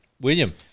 William